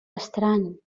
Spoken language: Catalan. estrany